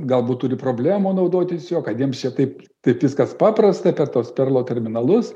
galbūt turi problemų naudotis juo kad jiems čia taip taip viskas paprasta per tuos perlo terminalus